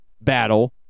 battle